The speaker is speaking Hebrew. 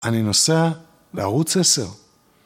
אני נוסע בערוץ 10.